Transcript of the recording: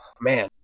man